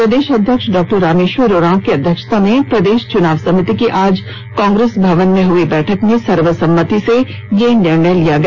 प्रदेश अध्यक्ष डॉ रामेश्वर उरांव की अध्यक्षता में प्रदेश चुनाव समिति की आज कांग्रेस भवन में हई बैठक में सर्वसम्मति से यह निर्णय लिया गया